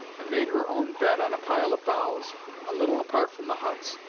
and made her own bed on a pile of boughs a little apart from the huts.